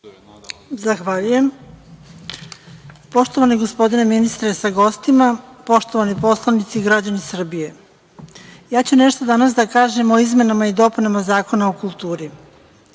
Zahvaljujem. Poštovani gospodine ministre sa gostima, poštovani poslanici, građani Srbije, danas ću nešto da kažem o izmenama i dopunama Zakona o kulturi.